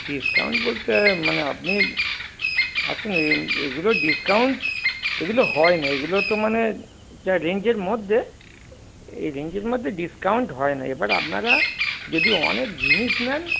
discount বলতে মানে আপনি আসুন এগুলো ডিসকাউন্ট এগুলো হয় না এগুলো তো মানে যা রেঞ্জের মধ্যে এই রেঞ্জের মধ্যে ডিসকাউন্ট হয় না এবার আপনারা যদি অনেক জিনিস নেন